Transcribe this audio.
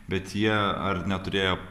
bet jie ar neturėjo